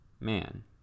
man